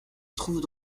trouvent